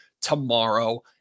tomorrow